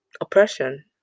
oppression